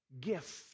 gift